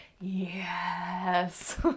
Yes